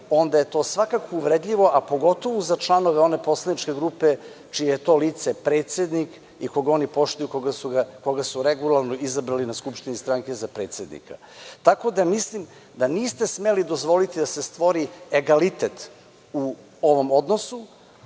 onda je to svakako uvredljivo, a pogotovo za članove one poslaničke grupe čije je to lice predsednik i koga oni poštuju, koga su regularno izabrali na skupštini stranke za predsednika. Tako da, mislim da niste smeli dozvoliti da se stvori egalitet u ovom odnosu.